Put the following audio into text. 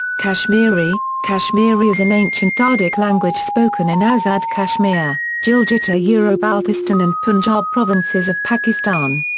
kashmiri kashmiri is an ancient dardic language spoken in azad kashmir, gilgit-baltistan and punjab provinces of pakistan.